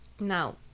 no